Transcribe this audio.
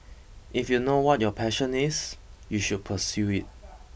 if you know what your passion is you should pursue it